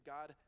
God